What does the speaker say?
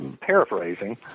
paraphrasing